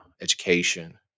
education